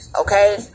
okay